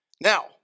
Now